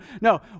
no